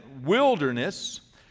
wilderness